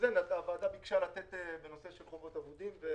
הוועדה ביקשה לתת פתרון לנושא חובות אבודים.